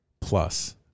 plus